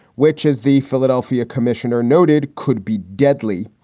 which is the philadelphia commissioner noted, could be deadly.